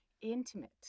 intimate